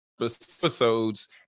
episodes